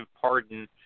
pardon